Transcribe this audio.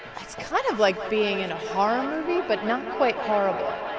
it's kind of like being in a horror movie, but not quite horrible.